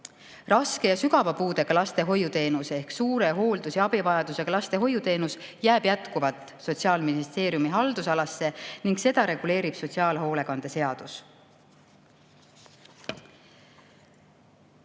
Raske või sügava puudega laste ehk suure hooldus‑ ja abivajadusega laste hoiuteenus jääb Sotsiaalministeeriumi haldusalasse ning seda reguleerib sotsiaalhoolekande seadus.